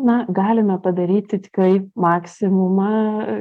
na galime padaryti tikrai maksimumą